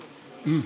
נכון.